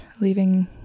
leaving